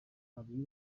wabwira